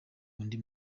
undi